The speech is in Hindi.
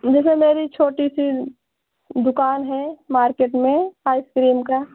मुझे मेरी एक छोटी सी दुकान है मार्केट में आइस क्रीम का